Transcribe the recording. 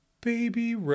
Baby